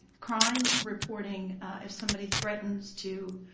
crime, reporting if somebody threatens to